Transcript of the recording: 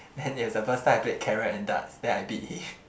then it was the first time I played carom and darts then I beat him